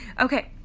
Okay